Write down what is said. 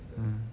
mm